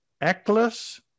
Eccles